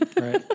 Right